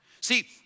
See